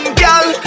girl